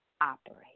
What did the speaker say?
operate